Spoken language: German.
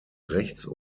rechts